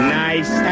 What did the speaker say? nice